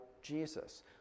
Jesus